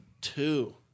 two